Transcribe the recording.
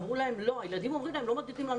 הילדים אומרים לא.